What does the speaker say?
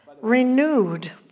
renewed